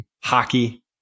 hockey